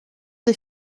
des